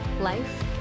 life